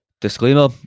Disclaimer